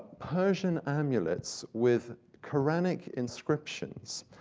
persian amulets with quranic inscriptions,